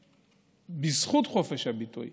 בזכות חופש הביטוי